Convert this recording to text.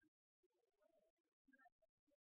er